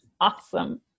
Awesome